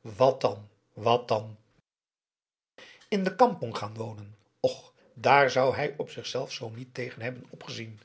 wat dan wat dan in de kampong gaan wonen och dààr zou hij op zichzelf zoo niet tegen hebben opgezien